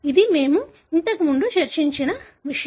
ఇది మేము ఇంతకు ముందు చర్చించిన విషయం